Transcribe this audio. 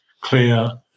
clear